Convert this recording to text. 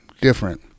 different